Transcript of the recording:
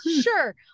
Sure